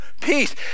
peace